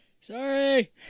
Sorry